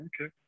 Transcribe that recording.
okay